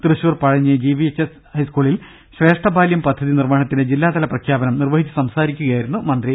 Thrissur Pazhanji GVHS സ്കൂളിൽ ശ്രേഷ്ഠ ബാലൃം പദ്ധതി നിർവഹണത്തിന്റെ ജില്ലാതല പ്രഖ്യാപനം നിർവഹിച്ച് സംസാരിക്കുകയായിരുന്നു മന്ത്രി